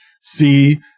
see